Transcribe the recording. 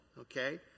okay